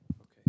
Okay